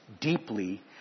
deeply